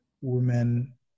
women